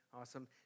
Awesome